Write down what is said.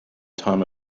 time